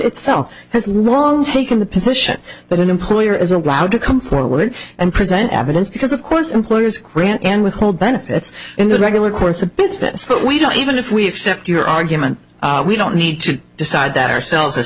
itself has long taken the position that an employer is allowed to come forward and present evidence because of course employers and withhold benefits in the regular course of business so we don't even if we accept your argument we don't need to decide that ourselves as